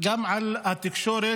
גם על התקשורת,